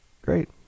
Great